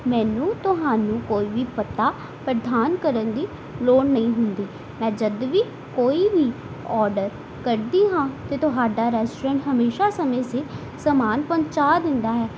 ਮੈਨੂੰ ਤੁਹਾਨੂੰ ਕੋਈ ਵੀ ਪਤਾ ਪ੍ਰਦਾਨ ਕਰਨ ਦੀ ਲੋੜ ਨਹੀਂ ਹੁੰਦੀ ਮੈਂ ਜਦੋਂ ਵੀ ਕੋਈ ਵੀ ਓਡਰ ਕਰਦੀ ਹਾਂ ਤਾਂ ਤੁਹਾਡਾ ਰੈਸਟੋਰੈਂਟ ਹਮੇਸ਼ਾ ਸਮੇਂ ਸਿਰ ਸਮਾਨ ਪਹੁੰਚਾ ਦਿੰਦਾ ਹੈ